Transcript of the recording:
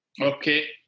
Okay